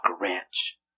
Ranch